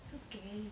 so scary